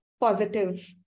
positive